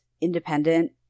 independent